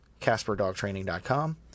casperdogtraining.com